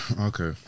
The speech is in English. Okay